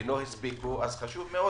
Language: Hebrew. ולא הספיקו, אז חשוב מאוד.